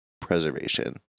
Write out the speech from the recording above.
preservation